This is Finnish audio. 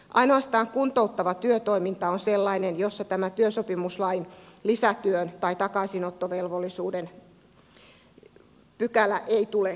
ainoastaan kuntouttava työtoiminta on sellainen jossa tämä työsopimuslain lisätyön tai takaisinottovelvollisuuden pykälä ei tule täytäntöön